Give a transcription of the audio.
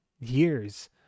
years